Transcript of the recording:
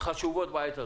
חשובות בעת הזו,